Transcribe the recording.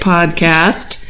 Podcast